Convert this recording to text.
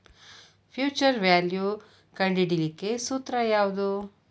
Future value ಕಂಢಿಡಿಲಿಕ್ಕೆ ಸೂತ್ರ ಯಾವ್ದು?